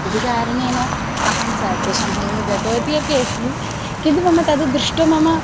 इति कारणेन अहं सः तेषां समीपे गतवती अपि अस्मि किन्तु मम तद् दृष्ट्वा मम